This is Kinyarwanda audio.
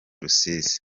rusizi